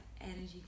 energy